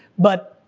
but